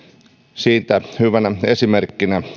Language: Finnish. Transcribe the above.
siitä hyvänä suomalaisena esimerkkinä